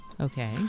Okay